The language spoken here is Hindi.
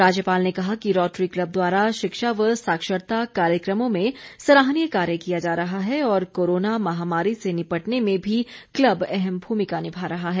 राज्यपाल ने कहा कि रोटरी क्लब द्वारा शिक्षा व साक्षरता कार्यक्रमों में सराहनीय कार्य किया जा रहा है और कोरोना महामारी से निपटने में भी क्लब अहम भूमिका निभा रहा है